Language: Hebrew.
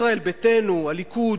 ישראל ביתנו, הליכוד,